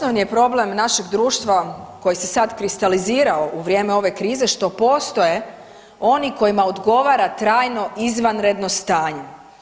Osnovni je problem našeg društva koji se sad kristalizirao u vrijeme ove krize, što postoje oni kojima odgovara trajno izvanredno stanje.